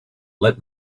let